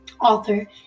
author